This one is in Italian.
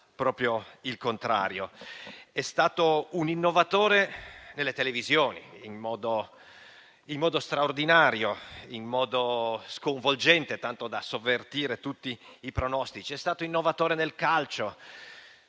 il contrario. È stato un innovatore nelle televisioni, in modo straordinario e sconvolgente, tanto da sovvertire tutti i pronostici. È stato innovatore nel calcio,